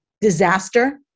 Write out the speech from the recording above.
disaster